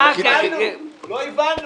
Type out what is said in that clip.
לא הבנו.